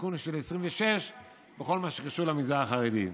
תיקון של 26 בכל מה שקשור למגזר החרדי.